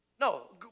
No